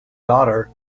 daughter